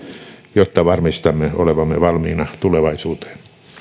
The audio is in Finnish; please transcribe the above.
jotta varmistamme olevamme valmiina tulevaisuuteen